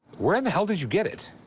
where in the hell did you get it?